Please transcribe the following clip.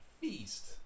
Feast